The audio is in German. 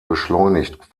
beschleunigt